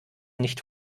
nicht